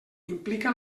implica